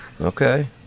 Okay